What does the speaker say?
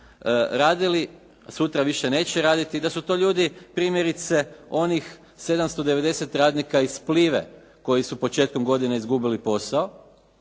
radili, sutra više neće raditi. Da su to ljudi primjerice onih 790 radnika iz "Plive" koji su početkom godine izgubili posao